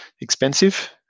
expensive